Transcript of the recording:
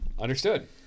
Understood